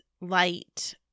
light